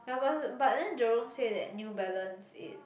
but but then Jerome said that New Balance is